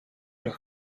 los